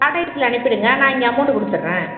டாடா ஏஸ்ஸில் அனுப்பிடுங்க நான் இங்கே அமௌண்டு கொடுத்துறேன்